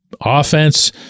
offense